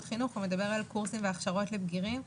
חינוך המדבר על קורסים והכשרות לבגירים.